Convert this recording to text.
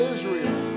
Israel